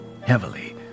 heavily